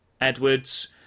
Edwards